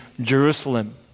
Jerusalem